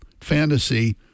fantasy